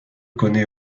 connaît